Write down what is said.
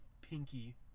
pinky